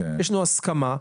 יש לנו הסכמה.